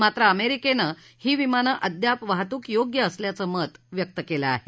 मात्र अमेरिकेनं ही विमानं अद्याप वाहतूक योग्य असल्याचं मत व्यक्त केलं आहे